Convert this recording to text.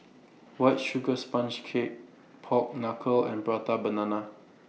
White Sugar Sponge Cake Pork Knuckle and Prata Banana